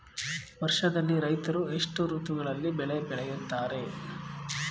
ವರ್ಷದಲ್ಲಿ ರೈತರು ಎಷ್ಟು ಋತುಗಳಲ್ಲಿ ಬೆಳೆ ಬೆಳೆಯುತ್ತಾರೆ?